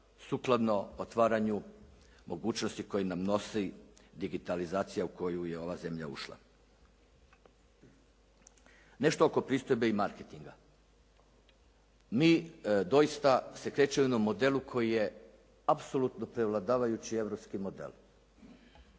sukladno otvaranju mogućnosti koji nam nosi digitalizacija u koju je ova zemlja ušla. Nešto oko pristojbe i marketinga. Mi doista se krećemo u jednom modelu koji je apsolutno prevladavajući europski model.